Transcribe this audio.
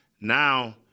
Now